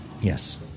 Yes